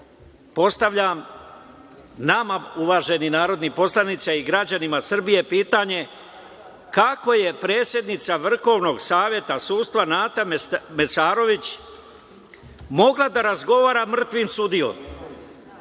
citat. Postavljam nama uvaženi narodni poslanici i građanima Srbije pitanje, kako je predsednica Vrhovnog saveta sudstava, Nata Mesarović mogla da razgovara sa mrtvim sudijom?